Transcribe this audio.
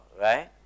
right